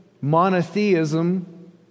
monotheism